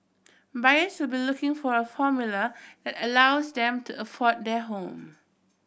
buyers will be looking for a formula that allows them to afford their home